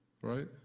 right